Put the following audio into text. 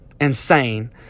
insane